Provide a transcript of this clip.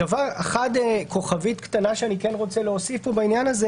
כוכבית קטנה בעניין הזה